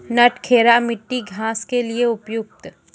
नटखेरा मिट्टी घास के लिए उपयुक्त?